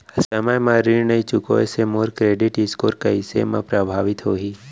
समय म ऋण नई चुकोय से मोर क्रेडिट स्कोर कइसे म प्रभावित होही?